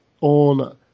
on